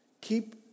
keep